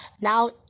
Now